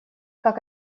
как